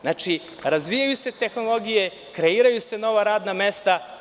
Znači, razvijaju se tehnologije, kreiraju se nova radna mesta.